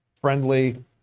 friendly